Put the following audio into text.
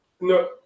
no